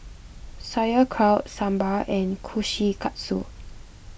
Sauerkraut Sambar and Kushikatsu